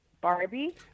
Barbie